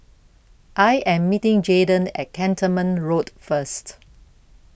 I Am meeting Jaden At Cantonment Road First